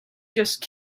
just